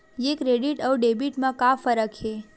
ये क्रेडिट आऊ डेबिट मा का फरक है?